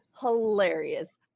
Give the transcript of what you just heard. hilarious